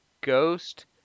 ghost